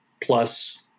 Plus